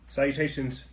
Salutations